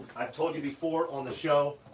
i've told you before on the show,